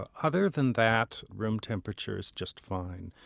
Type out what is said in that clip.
ah other than that, room temperature is just fine.